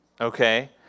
okay